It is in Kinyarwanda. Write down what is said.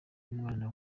umwana